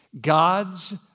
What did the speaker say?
God's